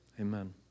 Amen